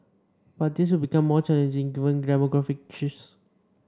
but this will become more challenging given demographic shifts